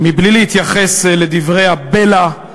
מבלי להתייחס לדברי הבלע,